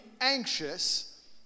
anxious